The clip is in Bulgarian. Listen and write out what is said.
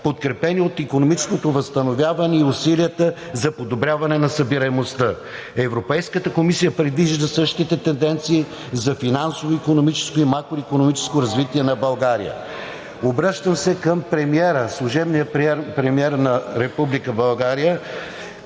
подкрепени от икономическото възстановяване и усилията за подобряване на събираемостта. Европейската комисия предвижда същите тенденции за финансово-икономическо и макроикономическо развитие на България. Обръщам се към служебния премиер на Република